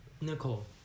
Nicole